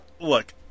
Look